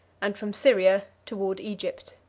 and from syria toward egypt.